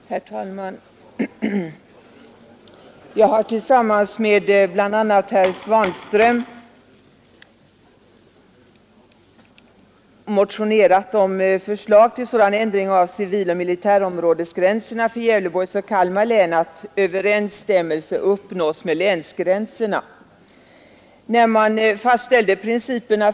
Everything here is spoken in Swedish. Herr talman! Jag har tillsammans med bl.a. herr Svanström motionerat om förslag till sådan ändring av civiloch militärområdesgränserna för Gävleborgs län och Kalmar län att överensstämmelse nås med tällde principerna för totalförsva länsgränserna.